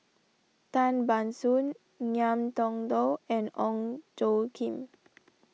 Tan Ban Soon Ngiam Tong Dow and Ong Tjoe Kim